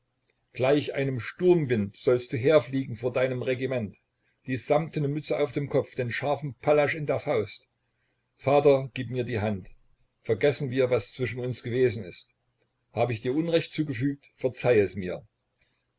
gleich einem sturmwind sollst du herfliegen vor deinem regiment die samtene mütze auf dem kopf den scharfen pallasch in der faust vater gib mir die hand vergessen wir was zwischen uns gewesen ist hab ich dir unrecht zugefügt verzeih es mir